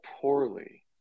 poorly